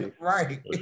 Right